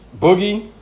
Boogie